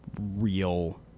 real